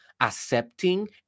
accepting